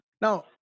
Now